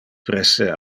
preste